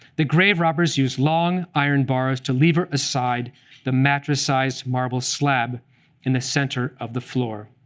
the grave robbers used long iron bars to lever aside the mattress-sized marble slab in the center of the floor.